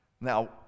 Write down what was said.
Now